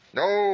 no